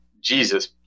Jesus